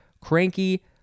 cranky